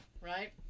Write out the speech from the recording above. Right